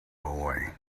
away